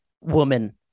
woman